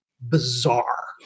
bizarre